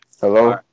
Hello